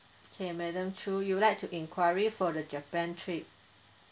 K madam choo you'd like to inquiry for the japan trip